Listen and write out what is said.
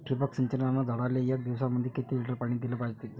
ठिबक सिंचनानं झाडाले एक दिवसामंदी किती लिटर पाणी दिलं जातं?